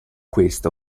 questa